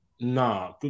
Nah